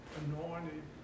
anointed